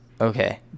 Okay